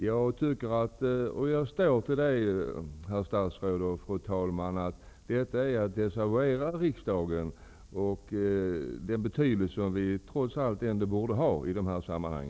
Jag tycker -- och jag står för det -- att detta är, herr statsrådet och fru talman, att desavouera riksdagen. Någon betydelse borde den trots allt ha i dessa sammanhang.